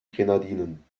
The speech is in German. grenadinen